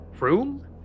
room